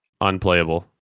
unplayable